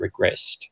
regressed